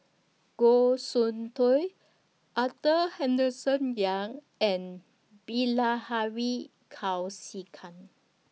Goh Soon Tioe Arthur Henderson Young and Bilahari Kausikan